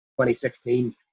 2016